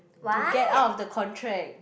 to get out of the contract